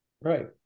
Right